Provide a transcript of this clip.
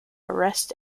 arrest